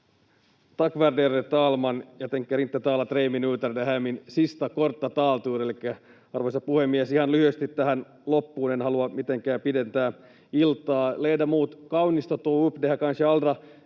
arvoisa puhemies, ihan lyhyesti tähän loppuun. En halua mitenkään pidentää iltaa.